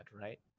right